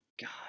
God